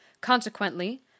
Consequently